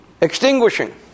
extinguishing